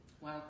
Wow